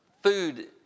food